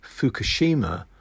Fukushima